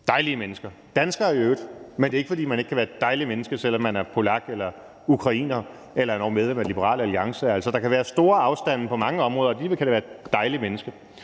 dejlige mennesker, og det er i øvrigt danskere, men det er ikke, fordi man ikke kan være et dejligt menneske, selv om man er polak eller ukrainer eller endog medlem af Liberal Alliance. Der kan være store afstande på mange områder, og alligevel kan folk være dejlige mennesker.